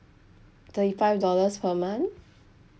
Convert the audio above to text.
thirty five dollars per month